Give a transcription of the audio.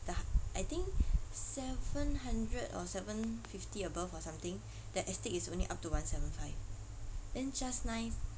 ya I think seven hundred or seven fifty above or something the astig is only up to one seven five then just nice